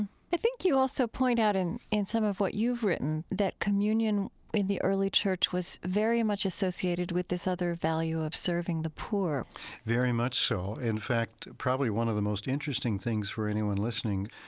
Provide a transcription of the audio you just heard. i think you also point out in in some of what you've written that communion in the early church was very much associated with this other value of serving the poor very much so. in fact, probably one of the most interesting things for anyone listening,